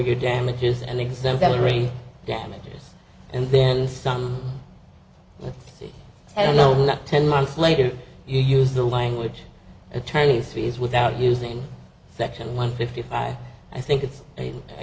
your damages and exemplary damages and then the son will see i don't know ten months later you use the language attorneys fees without using section one fifty five i think it's a